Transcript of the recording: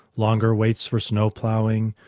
longer waits for snow ploughing,